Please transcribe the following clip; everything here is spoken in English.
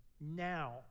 Now